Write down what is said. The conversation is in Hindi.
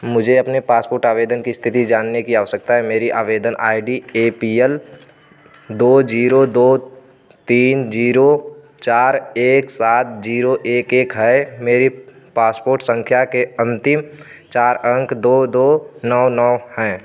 मुझे अपने पासपोर्ट आवेदन की इस्थिति जानने की आवश्यकता है मेरी आवेदन I D A P L दो ज़ीरो दो तीन ज़ीरो चार एक सात ज़ीरो एक एक है मेरी पासपोर्ट सँख्या के अन्तिम चार अंक दो दो नौ नौ हैं